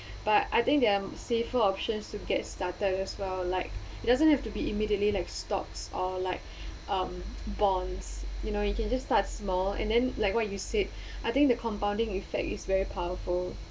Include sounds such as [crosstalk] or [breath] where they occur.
but I think there are safer options to get started as well like it doesn't have to be immediately like stocks or like um bonds you know you can just start small and then like what you said [breath] I think the compounding effect is very powerful